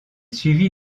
suivit